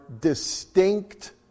distinct